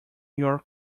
your